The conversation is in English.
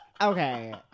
Okay